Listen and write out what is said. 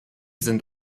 sind